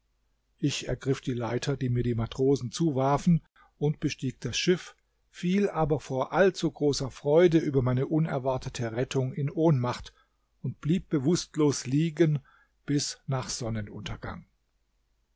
ich ergriff die leiter die mir die matrosen zuwarfen und bestieg das schiff fiel aber vor allzu großer freude über meine unerwartete rettung in ohnmacht und blieb bewußtlos liegen bis nach sonnenuntergang